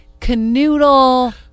canoodle